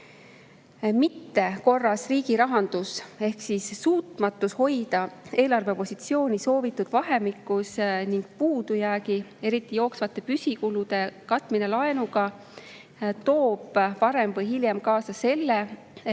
Mittekorras riigirahandus ehk suutmatus hoida eelarvepositsiooni soovitud vahemikus ning puudujäägi, eriti jooksvate püsikulude katmine laenuga toob varem või hiljem kaasa selle, et